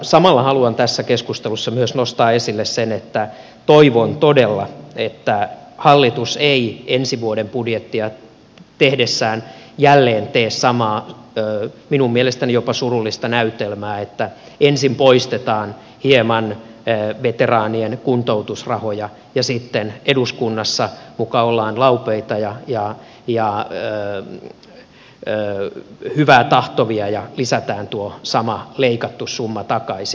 samalla haluan tässä keskustelussa nostaa esille myös sen että toivon todella että hallitus ei ensi vuoden budjettia tehdessään jälleen tee samaa minun mielestäni jopa surullista näytelmää että ensin poistetaan hieman veteraanien kuntoutusrahoja ja sitten eduskunnassa muka ollaan laupeita ja hyvää tahtovia ja lisätään tuo sama leikattu summa takaisin